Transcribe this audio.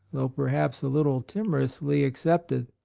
though perhaps a little timorously, accepted.